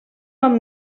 amb